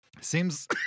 Seems